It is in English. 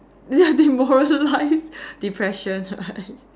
ya demoralised depression right